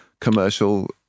commercial